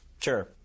Sure